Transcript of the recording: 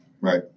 Right